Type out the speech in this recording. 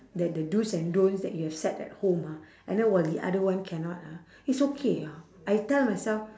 that the dos and don'ts that you have set at home ah and then while the other one cannot ah it's okay ah I tell myself